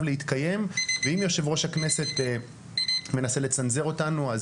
להתקיים ואם יושב ראש הכנסת מנסה לצנזר אותנו,